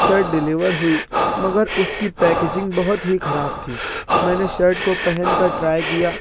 shirt deliver ہوئی مگر اُس کی پیکیجنگ بہت ہی خراب تھی میں نے شرٹ کو پہن کر ٹرائی کیا